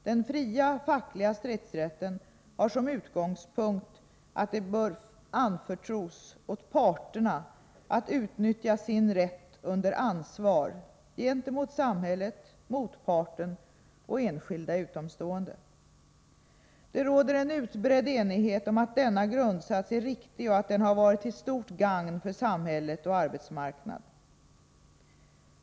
Den fria fackliga stridsrätten har som utgångspunkt att det bör anförtros åt parterna att utnyttja sin rätt under ansvar gentemot samhället, motparten och enskilda utomstående. Det råder en utbredd enighet om att denna grundsats är riktig och att den har varit till stort gagn för samhälle och arbetsmarknad.